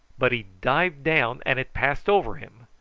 but he dived down and it passed over him,